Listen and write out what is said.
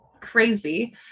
crazy